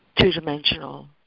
two-dimensional